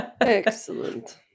Excellent